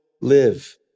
live